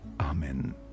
Amen